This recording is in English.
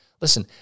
listen